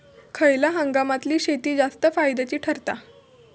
खयल्या हंगामातली शेती जास्त फायद्याची ठरता?